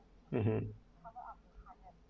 mmhmm